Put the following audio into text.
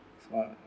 smart